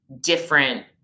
different